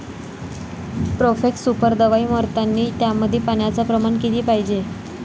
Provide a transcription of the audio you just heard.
Profex super दवाई मारतानी त्यामंदी पान्याचं प्रमाण किती पायजे?